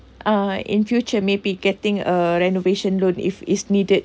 uh in future maybe getting a renovation loan if is needed